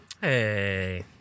Hey